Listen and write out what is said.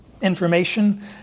information